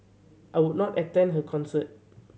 I would not attend her concert